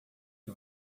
que